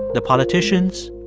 the politicians